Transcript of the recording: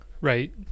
Right